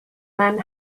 men